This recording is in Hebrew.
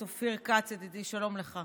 זה עדיין לא מחייב.